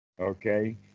Okay